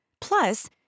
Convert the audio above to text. Plus